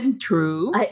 True